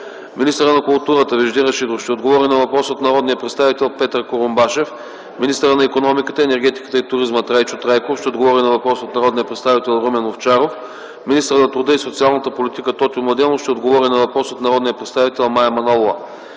Министърът на културата Вежди Рашидов ще отговори на въпрос от народния представител Петър Курумбашев. 4. Министърът на икономиката, енергетиката и туризма Трайчо Трайков ще отговори на въпрос от народния представител Румен Овчаров. 5. Министърът на труда и социалната политика Тотю Младенов ще отговори на въпрос от народния представител Мая Манолова.